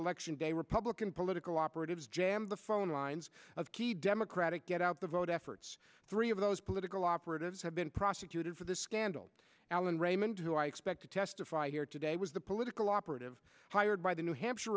election day republican political operatives jammed the phone lines of key democratic get out the vote efforts three of those political operatives have been prosecuted for this scandal allen raymond who i expect to testify here today was the political operative hired by the new hampshire